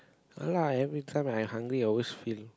ya lah everytime I hungry I always feel